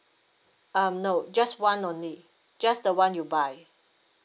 um no just one only just the one you buy